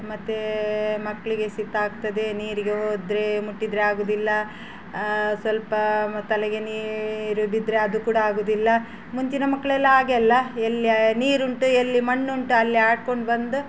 ಮತ್ತು ಮಕ್ಕಳಿಗೆ ಶೀತ ಆಗ್ತದೆ ನೀರಿಗೆ ಹೋದರೆ ಮುಟ್ಟಿದರೆ ಆಗೋದಿಲ್ಲ ಸ್ವಲ್ಪ ತಲೆಗೆ ನೀರು ಬಿದ್ದರೆ ಅದು ಕೂಡ ಆಗೋದಿಲ್ಲ ಮುಂಚಿನ ಮಕ್ಕಳೆಲ್ಲ ಹಾಗೆ ಅಲ್ಲ ಎಲ್ಲಿ ನೀರುಂಟು ಎಲ್ಲಿ ಮಣ್ಣುಂಟು ಅಲ್ಲೇ ಆಡ್ಕೊಂಡು ಬಂದು